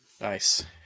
Nice